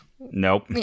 nope